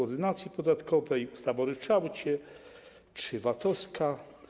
Ordynacja podatkowa, ustawa o ryczałcie czy VAT-owska.